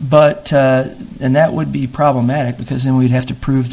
but and that would be problematic because then we'd have to prove